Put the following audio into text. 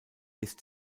ist